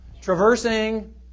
traversing